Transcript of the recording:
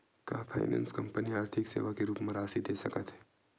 का finance company आर्थिक सेवा के रूप म राशि दे सकत हे?